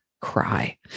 cry